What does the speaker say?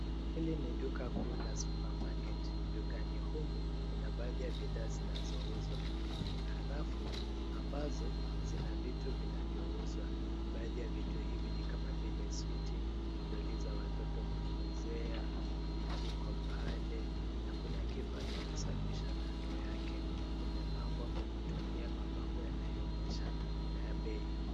Hili ni duka kuu la supermarket . Dukani humu, kuna baadhi ya bidhaa zinazouzwa. Kuna rafu, ambazo, zina vitu vinavyouzwa. Baadhi ya vitu hivi ni kama vile switi , doli za watoto kuchezea, vijiko pale, na kuna kifaa cha kusafisha kando yake. Kumepambwa kwa kutumia mabango yanayoonyeshana bei.